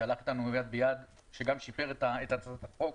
שהלך איתנו יד ביד וגם שיפר את הצעת החוק